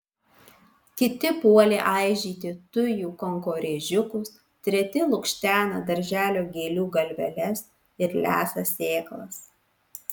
kiti puolė aižyti tujų kankorėžiukus treti lukštena darželio gėlių galveles ir lesa sėklas